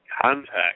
contact